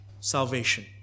Salvation